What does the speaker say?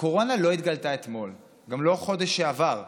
הקורונה לא התגלתה אתמול, גם לא בחודש שעבר.